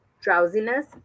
drowsiness